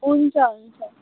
हुन्छ हुन्छ